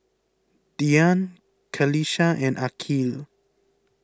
Dian Qalisha and Aqil